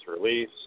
release